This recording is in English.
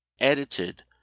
edited